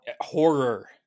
horror